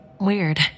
weird